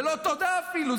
זה לא תודה אפילו.